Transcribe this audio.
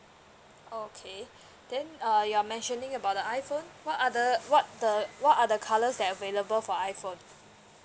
okay then uh you are mentioning about the iphone what are the what the what are the colours that available for iphone